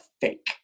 fake